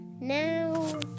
Now